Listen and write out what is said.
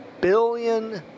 billion